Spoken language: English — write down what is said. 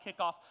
kickoff